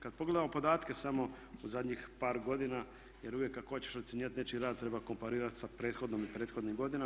Kad pogledamo podatke samo u zadnjih par godina, jer uvijek ako hoćeš ocjenjivati nečiji rad treba komparirati da prethodnom i prethodnim godinama.